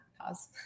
pause